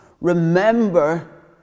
Remember